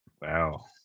Wow